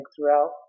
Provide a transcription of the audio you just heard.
throughout